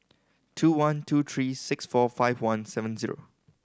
two one two three six four five one seven zero